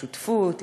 לשותפות,